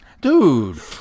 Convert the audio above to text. Dude